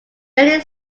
many